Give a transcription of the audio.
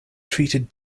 treated